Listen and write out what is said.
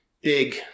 big